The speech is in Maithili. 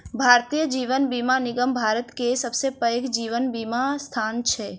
भारतीय जीवन बीमा निगम भारत के सबसे पैघ जीवन बीमा संस्थान छै